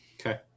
Okay